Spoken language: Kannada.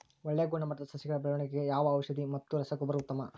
ಒಳ್ಳೆ ಗುಣಮಟ್ಟದ ಸಸಿಗಳ ಬೆಳವಣೆಗೆಗೆ ಯಾವ ಔಷಧಿ ಮತ್ತು ರಸಗೊಬ್ಬರ ಉತ್ತಮ?